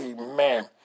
Amen